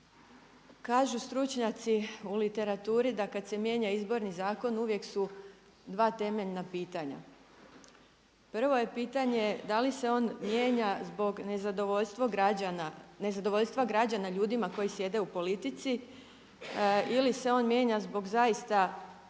Kažu stručnjaci u literaturi da kad se mijenja Izborni zakon uvijek su dva temeljna pitanja. Prvo je pitanje da li se on mijenja zbog nezadovoljstva građana ljudima koji sjede u politici ili se on mijenja zbog zaista